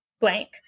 blank